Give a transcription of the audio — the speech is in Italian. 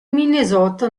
minnesota